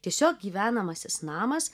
tiesiog gyvenamasis namas